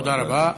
תודה רבה.